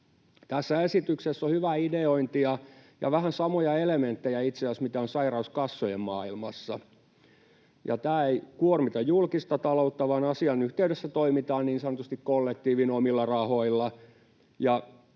Tässä esityksessä on hyvää ideointia ja itse asiassa vähän samoja elementtejä, mitä on sairauskassojen maailmassa. Tämä ei kuormita julkista taloutta, vaan asian yhteydessä toimitaan niin sanotusti kollektiivin omilla rahoilla.